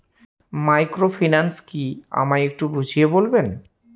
Microfinance কি আমায় একটু বুঝিয়ে বলবেন?